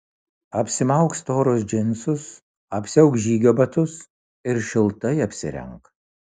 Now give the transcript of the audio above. apsimauk storus džinsus apsiauk žygio batus ir šiltai apsirenk